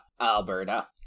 Alberta